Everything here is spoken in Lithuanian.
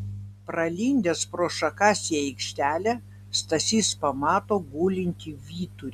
pralindęs pro šakas į aikštelę stasys pamato gulintį vyturį